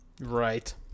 Right